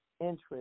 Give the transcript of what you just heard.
interest